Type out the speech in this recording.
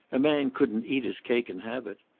a man couldn't eat his cake and have it.